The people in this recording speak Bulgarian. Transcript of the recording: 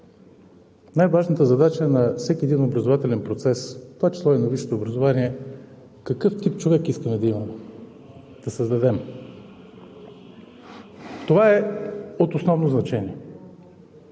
най-важната задача на всеки един образователен процес, в това число на висшето образование, е какъв тип човек искаме да имаме, да създадем. Това е от основно значение.